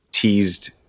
teased